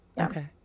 Okay